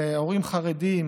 הורים חרדים